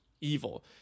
evil